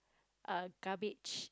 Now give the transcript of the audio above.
uh garbage